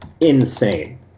insane